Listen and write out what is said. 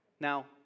Now